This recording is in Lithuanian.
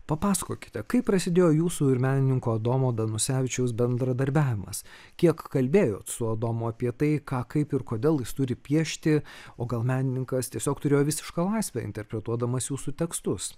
papasakokite kaip prasidėjo jūsų ir menininko domo danusevičiaus bendradarbiavimas kiek kalbėjot su adomu apie tai ką kaip ir kodėl jis turi piešti o gal menininkas tiesiog turėjo visišką laisvę interpretuodamas jūsų tekstus